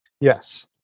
Yes